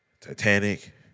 Titanic